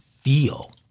feel